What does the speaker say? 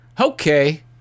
Okay